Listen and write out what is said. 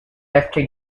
after